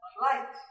light